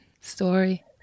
story